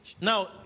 Now